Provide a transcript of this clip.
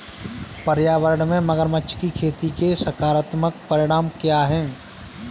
पर्यावरण में मगरमच्छ की खेती के सकारात्मक परिणाम क्या हैं?